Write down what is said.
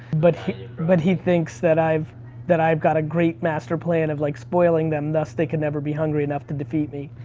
but but he thinks that i've that i've got a great master plan of like spoiling them, thus they can never be hungry enough to defeat me.